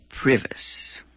Privis